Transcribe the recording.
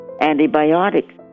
antibiotics